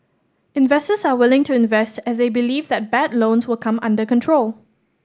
investors are willing to invest as they believe that bad loans will come under control